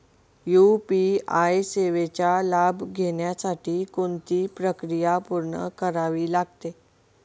UPI सेवेचा लाभ घेण्यासाठी कोणती प्रक्रिया पूर्ण करावी लागते?